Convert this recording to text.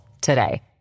today